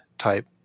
Type